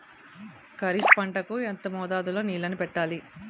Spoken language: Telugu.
ఖరిఫ్ పంట కు ఎంత మోతాదులో నీళ్ళని పెట్టాలి?